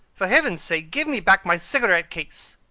for heaven's sake give me back my cigarette case.